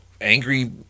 angry